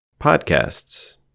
Podcasts